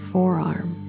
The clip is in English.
Forearm